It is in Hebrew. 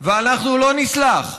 ואנחנו לא נסלח,